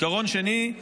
עיקרון שני,